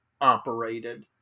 operated